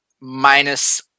minus